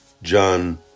John